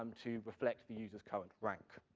um to reflect the user's current rank.